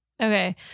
Okay